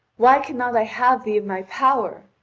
why cannot i have thee in my power?